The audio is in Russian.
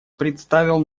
представил